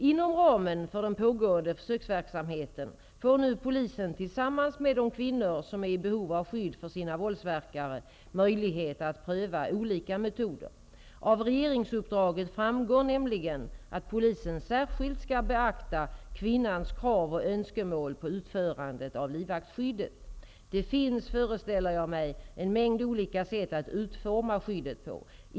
Inom ramen för den pågående försöksverksamheten får nu polisen tillsammans med de kvinnor som är i behov av skydd mot sina våldsverkare möjlighet att pröva olika metoder. Av regeringsuppdraget framgår nämligen att polisen särskilt skall beakta kvinnans krav och önskemål på utförandet av livvaktsskyddet. Det finns, föreställer jag mig, en mängd olika sätt att utforma skyddet på.